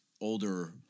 older